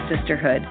Sisterhood